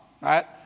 right